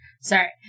Sorry